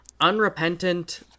Unrepentant